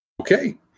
Okay